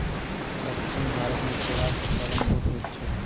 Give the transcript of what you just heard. दक्षिण भारत मे केराक उत्पादन बहुत होइत अछि